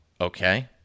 Okay